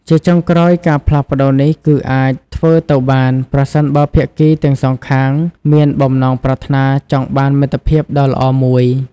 ជាចុងក្រោយ ការផ្លាស់ប្តូរនេះគឺអាចធ្វើទៅបាន ប្រសិនបើភាគីទាំងសងខាងមានបំណងប្រាថ្នាចង់បានមិត្តភាពដ៏ល្អមួយ។